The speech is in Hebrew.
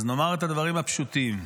אז נאמר את הדברים הפשוטים: